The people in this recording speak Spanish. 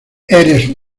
eres